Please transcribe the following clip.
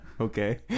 Okay